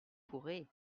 pourrez